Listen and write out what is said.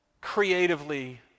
creatively